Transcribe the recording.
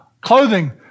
clothing